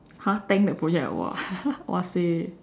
!huh! tank the project ah !wah! !wahseh!